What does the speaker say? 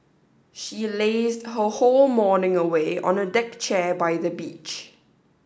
she lazed her whole morning away on a deck chair by the beach